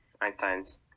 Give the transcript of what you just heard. Einstein's